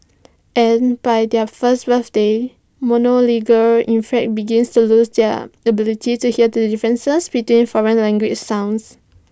and by their first birthdays monolingual infants begin to lose their ability to hear the differences between foreign language sounds